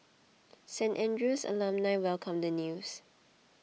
Saint Andrew's alumni welcomed the news